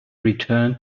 returned